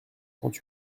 trente